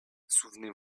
souvenez